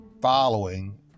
following